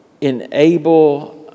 enable